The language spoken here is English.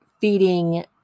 feeding